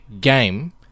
game